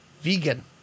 vegan